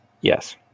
Yes